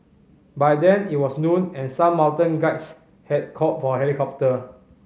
by then it was noon and some mountain guides had called for a helicopter